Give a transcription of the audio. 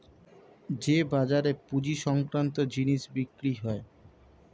যে বাজারে পুঁজি সংক্রান্ত জিনিস বিক্রি হয়